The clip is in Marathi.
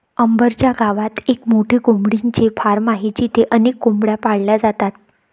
अंबर च्या गावात एक मोठे कोंबडीचे फार्म आहे जिथे अनेक कोंबड्या पाळल्या जातात